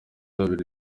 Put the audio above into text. babiri